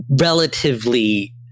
relatively